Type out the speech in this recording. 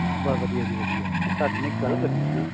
ਬਾ ਵਧੀਆ ਜੀ ਵਧੀਆ ਤੁਹਾਡੇ ਨਾਲ ਇੱਕ ਗੱਲ ਕਰਨੀ ਸੀ